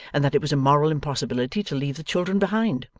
and that it was a moral impossibility to leave the children behind.